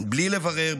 בלי לברר,